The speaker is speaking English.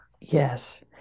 Yes